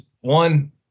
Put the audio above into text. one